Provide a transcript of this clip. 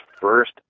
first